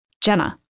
Jenna